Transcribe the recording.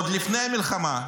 עוד לפני המלחמה,